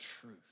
truth